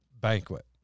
banquet